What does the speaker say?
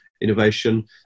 innovation